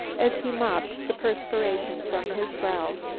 as he mopped the perspiration from his brow.